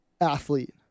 athlete